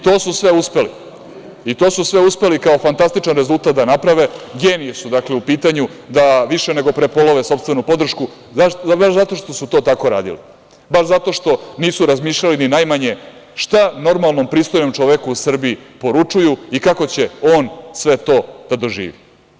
To su sve uspeli, i to su sve uspeli kao fantastičan rezultat da naprave, geniji su, dakle, u pitanju, da više nego prepolove sopstvenu podršku baš zato što su to tako radili, baš zato što nisu razmišljali ni najmanje šta normalnom, pristojnom čoveku u Srbiji poručuju i kako će on sve to da doživi.